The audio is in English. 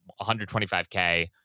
125k